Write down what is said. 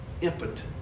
impotent